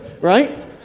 right